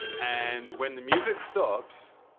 and when the music stops.